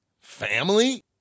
Family